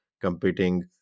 competing